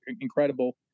incredible